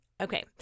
Okay